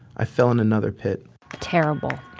i fell in another pit terrible